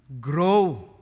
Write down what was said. grow